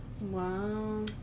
Wow